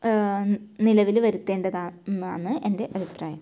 നിലവിൽ വരുത്തേണ്ടതാണ് എന്നാന്ന് എൻ്റെ അഭിപ്രായം